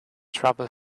trouble